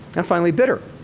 and finally, bitter.